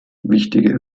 wichtige